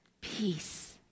Peace